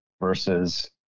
versus